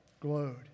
glowed